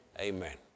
amen